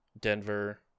Denver